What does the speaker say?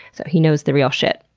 so he knows the real shit.